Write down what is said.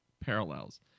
parallels